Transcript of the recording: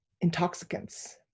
intoxicants